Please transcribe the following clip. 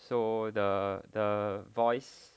so the the voice